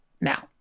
Now